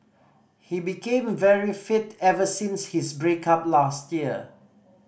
he became very fit ever since his break up last year